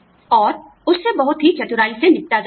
और उससे बहुत ही चतुराई से निपटा जाना है